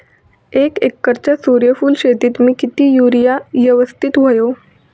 एक एकरच्या सूर्यफुल शेतीत मी किती युरिया यवस्तित व्हयो?